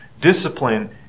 Discipline